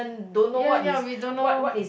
ya ya we don't know